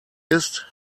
ist